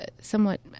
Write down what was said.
somewhat